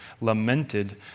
lamented